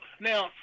Now